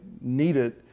needed